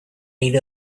aid